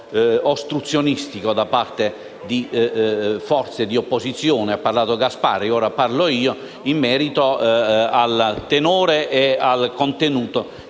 ostruzionistico da parte delle forze di opposizione - ha parlato Gasparri e ora parlo io - sul tenore e il contenuto